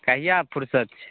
कहिआ फुरसति छै